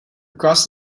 across